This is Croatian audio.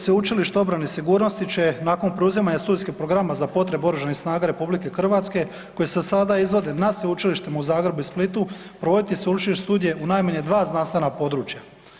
Sveučilište obrane i sigurnosti će nakon preuzimanja studijskih programa za potrebe Oružanih snaga RH koji se sada izvode na Sveučilištima u Zagrebu i Splitu provodite sveučilišne studije u najmanje 2 znanstvena područja.